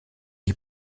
die